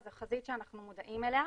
זו חזית שאנחנו מודעים אליה.